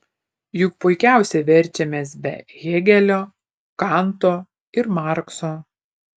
juk puikiausiai verčiamės be hėgelio kanto ir markso